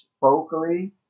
vocally